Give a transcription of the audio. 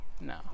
no